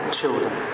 children